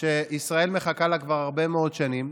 שישראל מחכה לה כבר הרבה מאוד שנים: